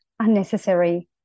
unnecessary